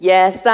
Yes